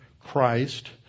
Christ